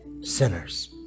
sinners